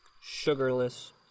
sugarless